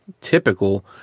typical